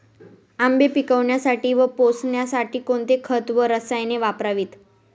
आंबे पिकवण्यासाठी व पोसण्यासाठी कोणते खत व रसायने वापरावीत?